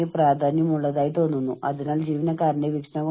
കൂടാതെ ജോലിസ്ഥലത്തെ മാനസിക ആരോഗ്യവും ക്ഷേമവും